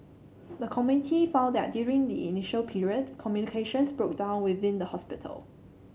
the committee found that during the initial period communications broke down within the hospital